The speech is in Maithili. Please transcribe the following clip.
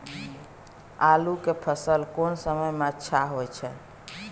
आलू के फसल कोन समय में अच्छा होय छै?